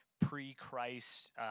pre-Christ